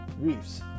Reefs